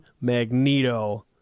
Magneto